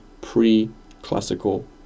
pre-classical